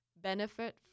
benefit